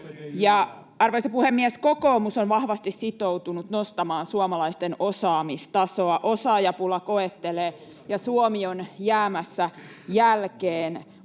Arvoisa puhemies! Kokoomus on vahvasti sitoutunut nostamaan suomalaisten osaamistasoa. Osaajapula koettelee, ja Suomi on jäämässä jälkeen